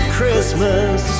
Christmas